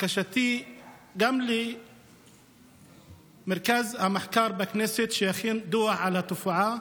בקשתי למרכז המחקר בכנסת שיכין דוח על התופעה,